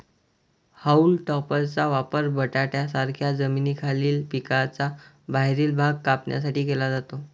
haulm टॉपरचा वापर बटाट्यांसारख्या जमिनीखालील पिकांचा बाहेरील भाग कापण्यासाठी केला जातो